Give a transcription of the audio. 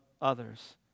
others